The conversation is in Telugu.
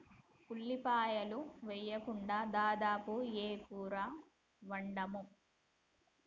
ఉల్లిపాయలు వేయకుండా దాదాపు ఏ కూర వండము